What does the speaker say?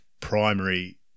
primary